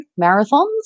marathons